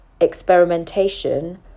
experimentation